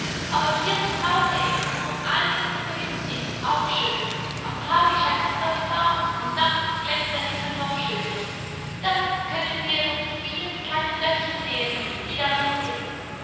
aber hier zu hause in unserm eigenen grünen ist es auch schön am tage scheint die sonne warm und nachts glänzt der himmel noch schöner das können wir durch die vielen kleinen löcher sehen die darin sind